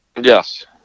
Yes